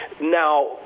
Now